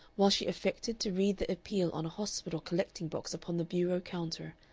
while she affected to read the appeal on a hospital collecting-box upon the bureau counter,